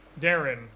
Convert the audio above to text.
Darren